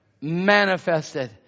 Manifested